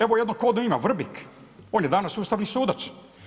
Evo jedno kodno ime Vrbik, on je danas ustavni sudac.